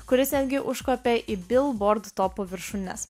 kuris netgi užkopė į billboard topų viršūnes